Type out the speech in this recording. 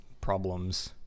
problems